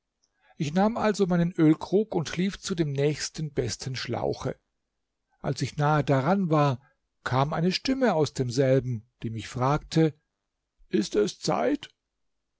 ich nahm also meinen ölkrug und lief zu dem nächsten besten schlauche als ich nahe daran war kam eine stimme aus demselben die mich fragte ist es zeit